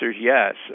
yes